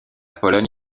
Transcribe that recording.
pologne